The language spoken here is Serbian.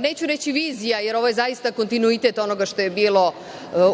neću reći vizija, jer je ovo zaista kontinuitet onoga što je bilo